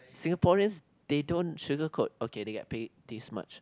Singaporeans they don't sugarcoat okay they get paid this much